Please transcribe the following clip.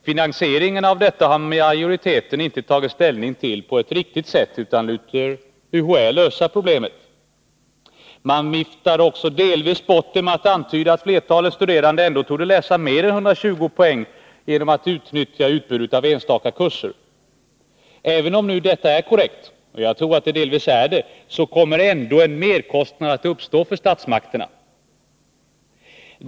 Finansieringen av detta har majoriteten inte tagit ställning till på ett riktigt sätt, utan man låter UHÄ lösa problemet. Man viftar delvis bort det med att antyda att flertalet studerande ändå torde läsa mer än 120 poäng genom att utnyttja utbudet av enstaka kurser. Även om detta är korrekt — och jag tror att det delvis är detkommer ändå en merkostnad att uppstå för statsmakterna.